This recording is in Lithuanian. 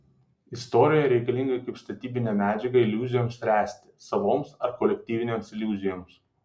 istorija reikalinga kaip statybinė medžiaga iliuzijoms ręsti savoms ar kolektyvinėms iliuzijoms